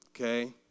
okay